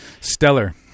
stellar